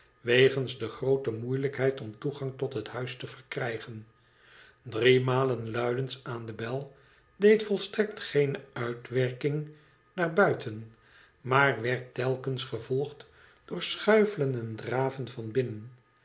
wegens de groote moeilijkheid om toegang tot het huis te verkrijgen driemalen luidens aan de bel deed volstrekt geene uitwerking naar buiten maar werd telkens gevolgd door schuifelen en draven van binnen